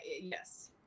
yes